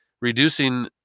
reducing